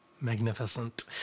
magnificent